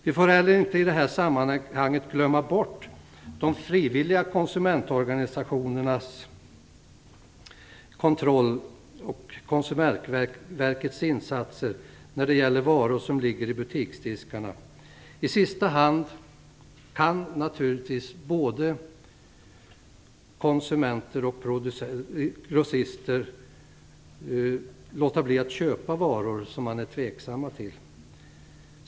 I det här sammanhanget får vi inte heller glömma bort de frivilliga konsumentorganisationernas kontroll och Konsumentverkets insatser när det gäller varor som ligger i butiksdiskarna. I sista hand kan naturligtvis både konsumenter och grossister låta bli att köpa varor som man är tveksam till.